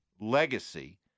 legacy